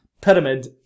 pyramid